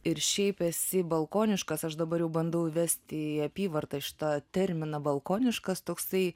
ir šiaip esi balkoniškas aš dabar bandau vesti į apyvartą šitą terminą balkoniškas toksai